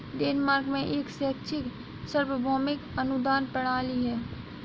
Denmark में एक शैक्षिक सार्वभौमिक अनुदान प्रणाली है